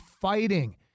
fighting